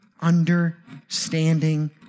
understanding